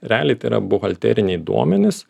realiai tai yra buhalteriniai duomenys